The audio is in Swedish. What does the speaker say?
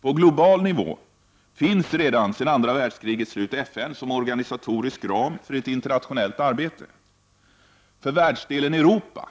På global nivå finns sedan andra världskrigets slut FN som organisatorisk ram för ett internationellt arbete. För världsdelen Europa,